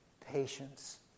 patience